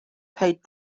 paid